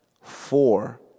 four